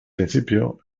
principio